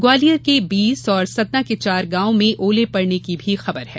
ग्वालियर के बीस सतना के चार गांवों में ओले पड़ने की भी खबर है